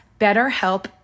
BetterHelp